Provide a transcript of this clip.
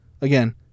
again